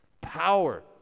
power